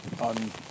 on